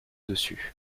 dessus